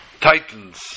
titans